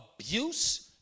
abuse